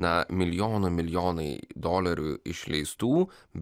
na milijonų milijonai dolerių išleistų